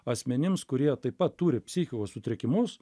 asmenims kurie taip pat turi psichikos sutrikimus